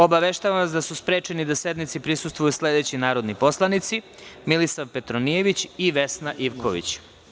Obaveštavam vas da su sprečeni da sednici prisustvuju sledeći narodni poslanici: Milisav Petronijević i Vesna Ivković.